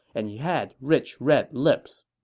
and he had rich red lips